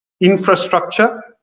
infrastructure